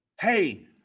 Hey